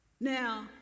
Now